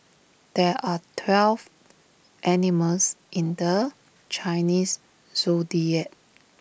there are twelve animals in the Chinese Zodiac